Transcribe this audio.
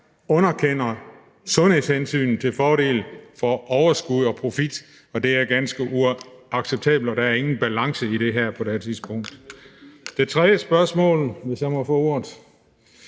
underkender sundhedshensynet til fordel for overskud og profit. Det er ganske uacceptabelt, og der er ingen balance i det her på det her tidspunkt. Det tredje handler om, hvis jeg må beholde